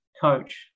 coach